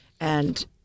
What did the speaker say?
And-